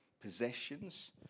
possessions